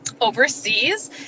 overseas